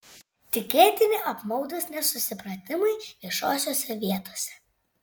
tikėtini apmaudūs nesusipratimai viešosiose vietose